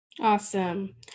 Awesome